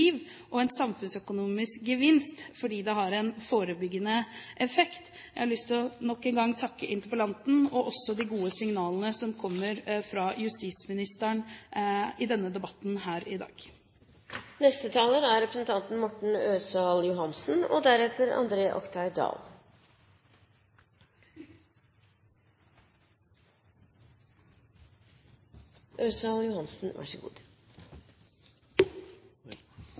og en samfunnsøkonomisk gevinst, fordi det har en forebyggende effekt. Jeg har nok en gang lyst til å takke interpellanten, og også justisministeren for de gode signalene han har kommet med i debatten her i dag.